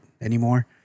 anymore